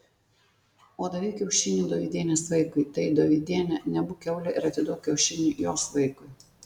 o davei kiaušinį dovydienės vaikui tai dovydiene nebūk kiaulė ir atiduok kiaušinį jos vaikui